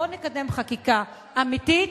בוא נקדם חקיקה אמיתית,